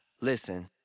Listen